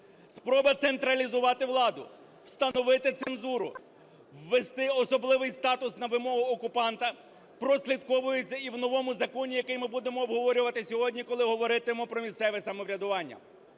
Спроба централізувати владу, встановити цензуру, ввести особливий статус на вимогу окупанта прослідковується і в новому законі, який ми будемо обговорювати сьогодні, коли говоритимемо про місцеве самоврядування.